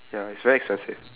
ya it's very expensive